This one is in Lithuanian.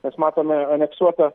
mes matome aneksuotą